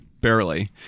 Barely